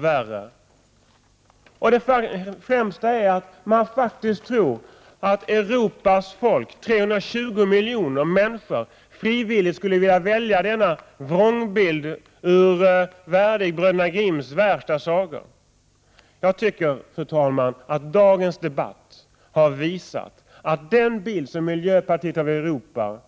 Man tror faktiskt att Europas folk, 320 miljoner människor, frivilligt skulle vilja välja denna vrångbild värdig Bröderna Grimms värsta sagor. Fru talman! Jag tycker att det har framgått av dagens debatt att den bild som miljöpartiet har av Europa